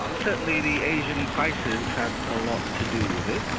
ah certainly the asian crisis had a lot to do with it.